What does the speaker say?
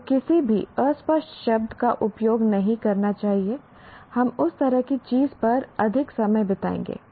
आपको किसी भी अस्पष्ट शब्द का उपयोग नहीं करना चाहिए हम उस तरह की चीज़ पर अधिक समय बिताएंगे